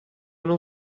non